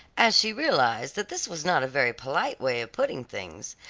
as she realized that this was not a very polite way of putting things,